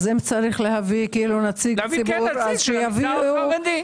צריך נציג של המגזר החרדי.